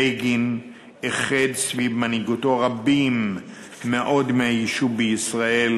בגין איחד סביב מנהיגותו רבים מאוד מהיישוב בישראל,